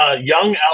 Young